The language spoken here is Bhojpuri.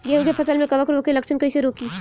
गेहूं के फसल में कवक रोग के लक्षण कईसे रोकी?